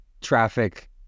traffic